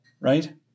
Right